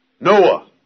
Noah